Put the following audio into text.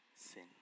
sin